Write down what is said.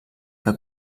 que